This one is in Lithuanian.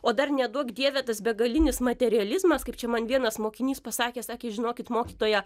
o dar neduok dieve tas begalinis materializmas kaip čia man vienas mokinys pasakė sakė žinokit mokytoja